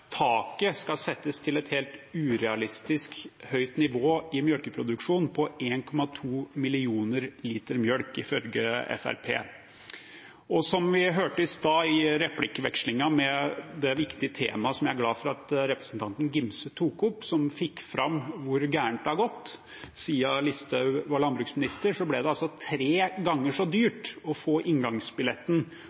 taket for melkeproduksjon skal settes på et helt urealistisk høyt nivå – på 1,2 millioner liter melk, ifølge Fremskrittspartiet. Som vi hørte i sted i replikkvekslinga om det viktige temaet som jeg er glad for at representanten Angell Gimse tok opp, som fikk fram hvor galt det har gått: Siden Listhaug var landbruksminister, har det blitt tre ganger så dyrt for unge folk å få inngangsbilletten